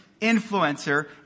influencer